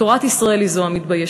תורת ישראל היא זו המתביישת.